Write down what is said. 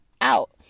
out